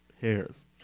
hairs